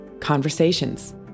conversations